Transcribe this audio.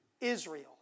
Israel